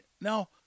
Now